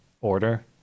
order